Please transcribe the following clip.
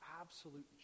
absolute